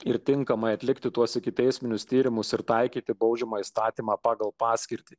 ir tinkamai atlikti tuos ikiteisminius tyrimus ir taikyti baudžiamąjį įstatymą pagal paskirtį